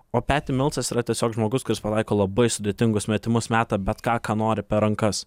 o peti milsas yra tiesiog žmogus kuris pataiko labai sudėtingus metimus meta bet ką ką nori per rankas